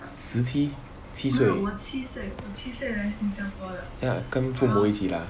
十七七岁跟父母一起 lah